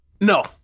no